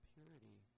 Purity